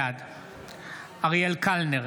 בעד אריאל קלנר,